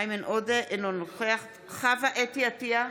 אינו נוכח חוה אתי עטייה,